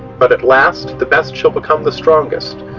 but at last the best shall become the strongest,